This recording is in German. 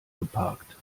geparkt